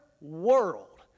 world